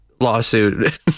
lawsuit